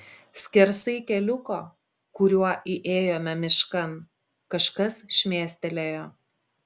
skersai keliuko kuriuo įėjome miškan kažkas šmėstelėjo